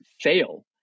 fail